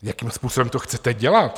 Jakým způsobem to chcete dělat?